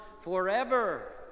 forever